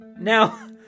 now